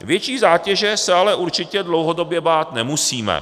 Větší zátěže soudů se ale určitě dlouhodobě bát nemusíme.